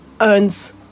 earns